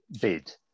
bid